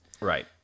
Right